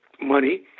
money